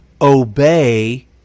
obey